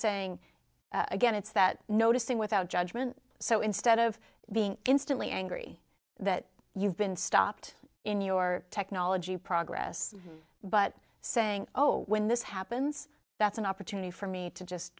saying again it's that noticing without judgment so instead of being instantly angry that you've been stopped in your technology progress but saying oh when this happens that's an opportunity for me to just